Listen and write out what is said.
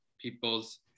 people's